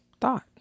thought